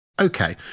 Okay